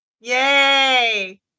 Yay